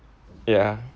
yeah